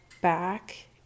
back